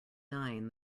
nine